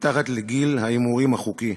מתחת לגיל ההימורים החוקי".